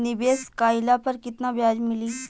निवेश काइला पर कितना ब्याज मिली?